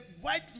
white